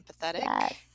empathetic